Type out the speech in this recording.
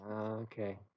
Okay